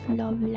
love